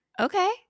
Okay